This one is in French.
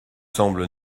semble